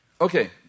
Okay